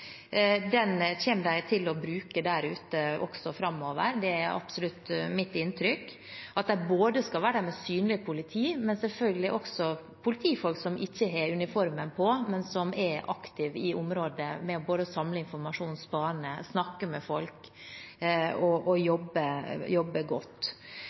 Den kommer de til å bruke der ute også framover. Det er absolutt mitt inntrykk at de skal være der både med synlig politi og selvfølgelig også med politifolk som ikke har uniformen på, men som er aktive i området med å samle informasjon, spane, snakke med folk og jobbe godt.